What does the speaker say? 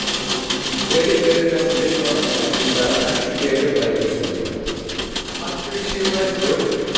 grading کٔرِتھ ہسا چھِ أسۍ پَتہٕ اَتھ پیکِنٛگ کران اَسہِ چھِ پیٹہِ دۄیو قٕسمو یِوان حظ اکھ پیٖٹ چھِ یِوان اَسہِ ۂٹ